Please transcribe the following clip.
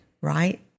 right